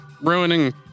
ruining